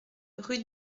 rue